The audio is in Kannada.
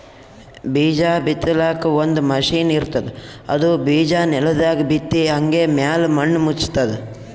ಬೀಜಾ ಬಿತ್ತಲಾಕ್ ಒಂದ್ ಮಷಿನ್ ಇರ್ತದ್ ಅದು ಬಿಜಾ ನೆಲದಾಗ್ ಬಿತ್ತಿ ಹಂಗೆ ಮ್ಯಾಲ್ ಮಣ್ಣ್ ಮುಚ್ತದ್